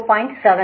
7 0